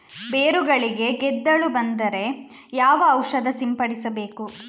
ಬೇರುಗಳಿಗೆ ಗೆದ್ದಲು ಬಂದರೆ ಯಾವ ಔಷಧ ಸಿಂಪಡಿಸಬೇಕು?